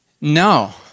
No